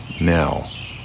Now